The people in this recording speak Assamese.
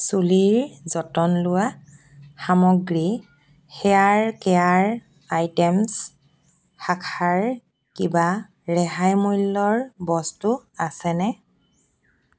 চুলিৰ যতন লোৱা সামগ্ৰী শাখাৰ কিবা ৰেহাই মূল্যৰ বস্তু আছেনে